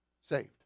saved